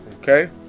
Okay